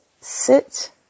sit